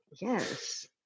yes